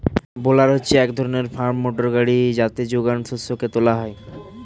বেলার হচ্ছে এক ধরনের ফার্ম মোটর গাড়ি যাতে যোগান শস্যকে তোলা হয়